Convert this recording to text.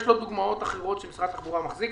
יש לו דוגמאות אחרות שמשרד התחבורה מחזיק?